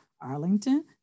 Arlington